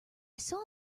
saw